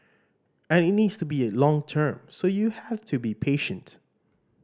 and it needs to be long term so you have to be patient